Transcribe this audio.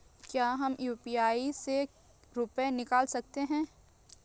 क्या हम यू.पी.आई से रुपये निकाल सकते हैं?